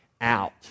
out